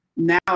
now